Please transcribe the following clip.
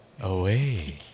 away